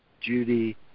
Judy